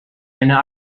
eine